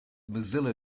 mozilla